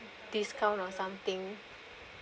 discount or something